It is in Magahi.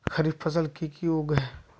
खरीफ फसल की की उगैहे?